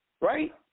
Right